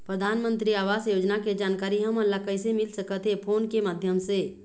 परधानमंतरी आवास योजना के जानकारी हमन ला कइसे मिल सकत हे, फोन के माध्यम से?